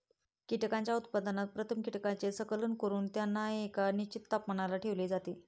कीटकांच्या उत्पादनात प्रथम कीटकांचे संकलन करून त्यांना एका निश्चित तापमानाला ठेवले जाते